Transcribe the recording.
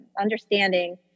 understanding